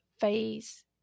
phase